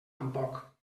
tampoc